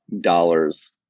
dollars